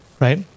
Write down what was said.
right